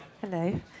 Hello